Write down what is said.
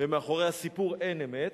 ומאחורי הסיפור אין אמת,